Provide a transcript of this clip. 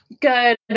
Good